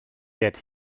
get